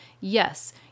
yes